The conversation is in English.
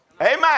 Amen